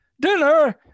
Dinner